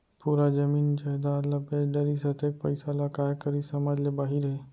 पूरा जमीन जयजाद ल बेच डरिस, अतेक पइसा ल काय करिस समझ ले बाहिर हे